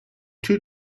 two